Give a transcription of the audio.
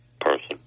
person